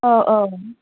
अ अ